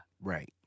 Right